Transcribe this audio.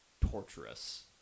torturous